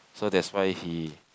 so that's why he